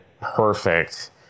perfect